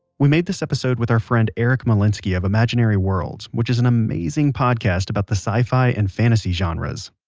we made this episode with our friend eric molinsky of imaginary worlds, which is an amazing podcast about the sci-fi and fantasy genres.